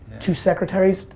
two secretaries,